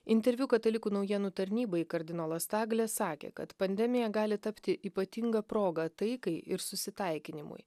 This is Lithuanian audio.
interviu katalikų naujienų tarnybai kardinolas taglė sakė kad pandemija gali tapti ypatinga proga taikai ir susitaikinimui